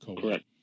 Correct